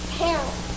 parents